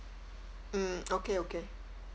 mm okay okay